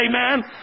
Amen